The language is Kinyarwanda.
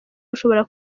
ushobora